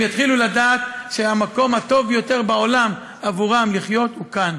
הם יתחילו לדעת שהמקום הטוב ביותר בעולם עבורם לחיות הוא כאן,